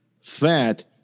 fat